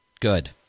Good